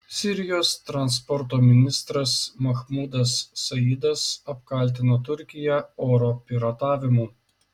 sirijos transporto ministras mahmudas saidas apkaltino turkiją oro piratavimu